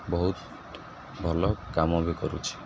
ବହୁତ ଭଲ କାମ ବି କରୁଛି